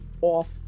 off